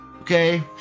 okay